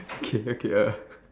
okay okay uh